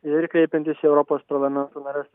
ir kreipiantis į europos parlamento nares